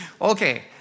Okay